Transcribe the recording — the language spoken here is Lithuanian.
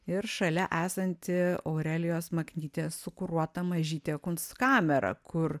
ir šalia esanti aurelijos maknytės sukuruota mažytė kunstkamera kur